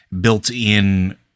built-in